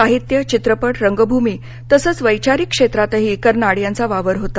साहित्य चित्रपट रंगभूमी तसंच वैचारिक क्षेत्रातही कर्नाड यांचा वावर होता